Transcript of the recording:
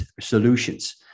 solutions